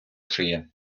шиє